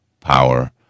power